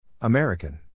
American